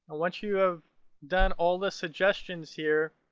once you have done all the suggestions here,